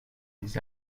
les